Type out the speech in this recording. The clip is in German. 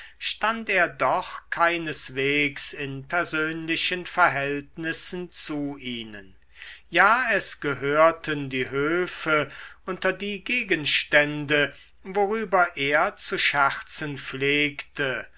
stand er doch keineswegs in persönlichen verhältnissen zu ihnen ja es gehörten die höfe unter die gegenstände worüber er zu scherzen pflegte